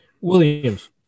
Williams